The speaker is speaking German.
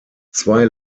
zwei